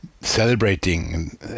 celebrating